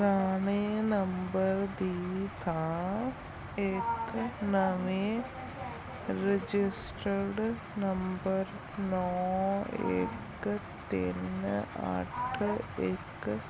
ਪੁਰਾਣੇ ਨੰਬਰ ਦੀ ਥਾਂ ਇੱਕ ਨਵੇਂ ਰਜਿਸਟਰਡ ਨੰਬਰ ਨੌ ਇੱਕ ਤਿੰਨ ਅੱਠ ਇੱਕ